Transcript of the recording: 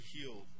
healed